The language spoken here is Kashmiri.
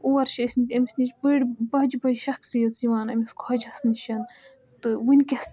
اور چھِ أسۍمٕتۍ أمِس نِش بٔڈۍ بجہِ بجہِ شخصِیٔژ یِوان أمِس خۄجس نِشن تہٕ وُنکٮ۪س